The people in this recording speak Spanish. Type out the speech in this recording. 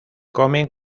comen